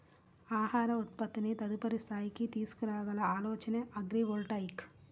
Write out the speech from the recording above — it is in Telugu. ఆహార ఉత్పత్తిని తదుపరి స్థాయికి తీసుకురాగల ఆలోచనే అగ్రివోల్టాయిక్